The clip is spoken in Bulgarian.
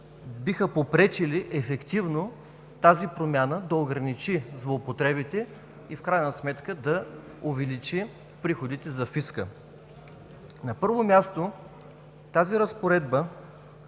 биха попречили ефективно тази промяна да ограничи злоупотребите и в крайна сметка да увеличи приходите за фиска. На първо място тази разпоредба